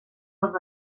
als